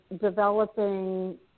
developing